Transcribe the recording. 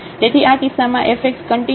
તેથી આ કિસ્સામાં આ fxકંટીન્યુ નથી